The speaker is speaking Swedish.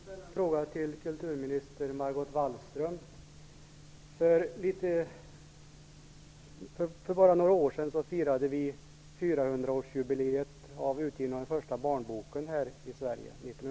Herr talman! Jag vill ställa en fråga till kulturminister Margot Wallström. För bara något år sedan, 1994, firade vi 400 årsjubileet av utgivningen av den första barnboken här i Sverige.